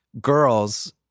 girls